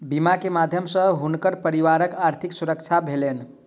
बीमा के माध्यम सॅ हुनकर परिवारक आर्थिक सुरक्षा भेलैन